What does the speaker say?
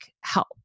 help